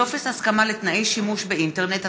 טופס הסכמה לתנאי שימוש באינטרנט),